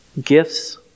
gifts